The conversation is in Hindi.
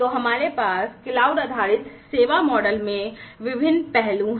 तो हमारे पास क्लाउड आधारित सेवा मॉडल में विभिन्न पहलू हैं